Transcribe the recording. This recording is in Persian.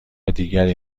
دیگری